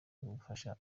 gufasha